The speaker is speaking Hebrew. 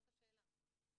זאת השאלה.